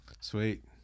Sweet